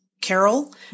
Carol